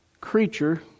creature